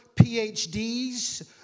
PhDs